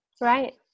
Right